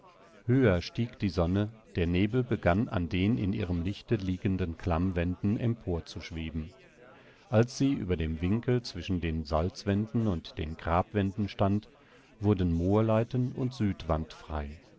höher stieg die sonne der nebel begann an den in ihrem lichte liegenden klammwänden emporzuschweben als sie über dem winkel zwischen den salzwänden und den grabwänden stand wurden moorleiten und südwand frei